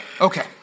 Okay